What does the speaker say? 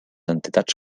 entitats